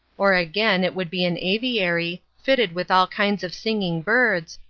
or again, it would be an aviary, fitted with all kinds of singing birds,